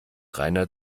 reiner